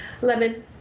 Lemon